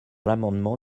l’amendement